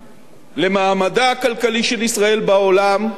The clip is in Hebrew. למעמדה הכלכלי של ישראל בעולם,